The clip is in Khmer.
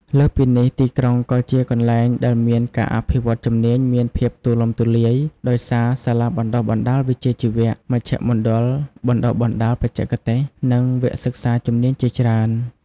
លើសពីនេះ ទីក្រុងក៏ជាកន្លែងដែលមានការអភិវឌ្ឍជំនាញមានភាពទូលំទូលាយ ដោយសារសាលាបណ្តុះបណ្តាលវិជ្ជាជីវៈ មជ្ឈមណ្ឌលបណ្តុះបណ្តាលបច្ចេកទេស និងវគ្គសិក្សាជំនាញជាច្រើន។